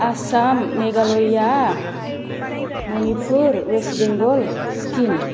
Assam Meghalaya Manipur West Bengal Sikkim